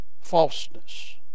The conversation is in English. falseness